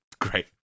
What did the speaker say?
great